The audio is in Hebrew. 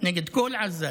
נגד כל עזה,